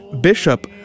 bishop